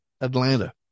Atlanta